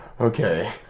Okay